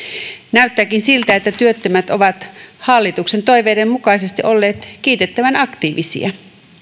näyttääkin siltä että työttömät ovat hallituksen toiveiden mukaisesti olleet kiitettävän aktiivisia